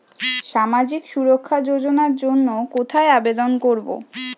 সামাজিক সুরক্ষা যোজনার জন্য কোথায় আবেদন করব?